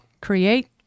create